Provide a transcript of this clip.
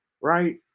right